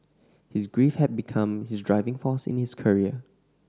his grief had become his driving force in his career